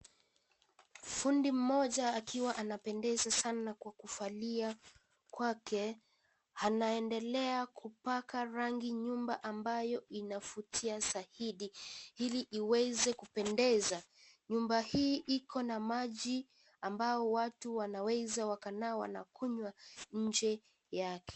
Fundi mmoja akiwa anapendeza sana kwa kuvalia kwake anaendelea kupaka rangi nyumba ambayo inavutia zaidi ili iweze kupendeza. Nyumba hii ikona maji ambayo watu wanaweza wakanawa na kunywa nje yake.